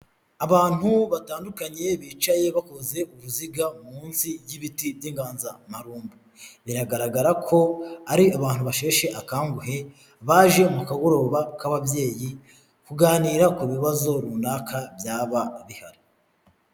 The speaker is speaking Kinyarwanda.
Abantu batandukanye bicaye bakoze uruziga munsi y'ibiti by'inganzamarumbo, biragaragara ko ari abantu basheshe akanguhe baje mu kagoroba k'ababyeyi kuganira ku bibazo runaka byaba bihari.